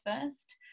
first